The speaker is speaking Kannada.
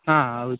ಹಾಂ ಹೌದು